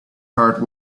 heart